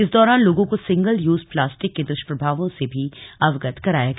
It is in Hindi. इस दौरान लोगों को सिंगल यूज प्लास्टिक के दुष्प्रभावों से भी अवगत कराया गया